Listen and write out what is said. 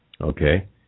Okay